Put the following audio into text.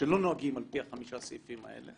שלא נוהגים על פי חמשת הסעיפים האלה